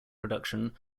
production